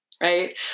right